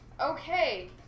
Okay